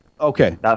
Okay